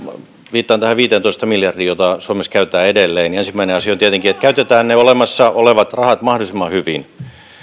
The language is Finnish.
viittaan tähän viiteentoista miljardiin jota suomessa käytetään edelleen ja ensimmäinen asia on tietenkin että käytetään ne olemassa olevat rahat mahdollisimman hyvin